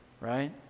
right